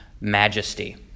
majesty